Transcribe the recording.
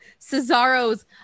Cesaro's